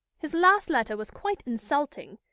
his last letter was quite insulting.